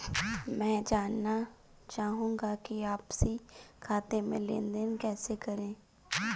मैं जानना चाहूँगा कि आपसी खाते में लेनदेन कैसे करें?